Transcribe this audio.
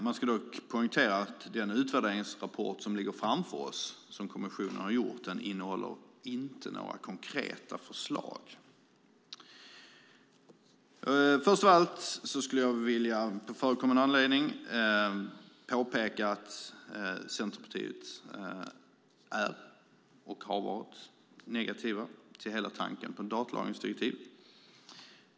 Jag ska dock poängtera att den utvärderingsrapport som ligger framför oss, som kommissionen har gjort, inte innehåller några konkreta förslag. På förekommen anledning vill jag först av allt påpeka att Centerpartiet är, och har varit, negativt till hela tanken på ett datalagringsdirektiv.